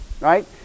Right